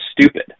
stupid